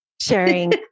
sharing